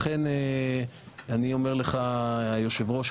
לכן אני אומר לך היושב ראש,